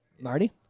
Marty